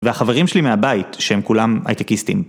והחברים שלי מהבית שהם כולם הייטקיסטים.